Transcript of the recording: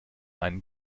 einen